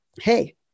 hey